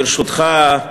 ברשותך,